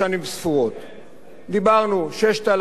דיברנו: 6,000 ב-2016.